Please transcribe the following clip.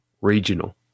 Regional